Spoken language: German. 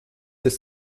des